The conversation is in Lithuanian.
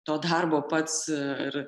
to darbo pats ir